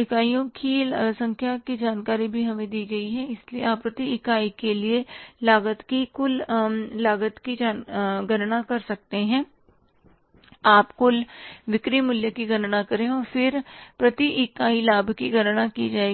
इकाइयों की संख्या की जानकारी भी हमें दी गई है इसलिए आप प्रति इकाई के लिए लागत की कुल लागत की गणना कर सकते हैं आप कुल बिक्री मूल्य की गणना करें और फिर प्रति इकाई लाभ की गणना की जाए